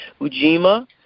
Ujima